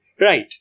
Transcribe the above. Right